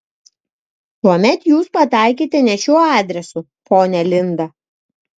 tuomet jūs pataikėte ne šiuo adresu ponia linda